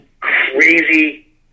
crazy